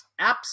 apps